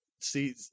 See